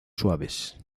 suaves